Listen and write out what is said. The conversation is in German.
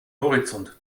horizont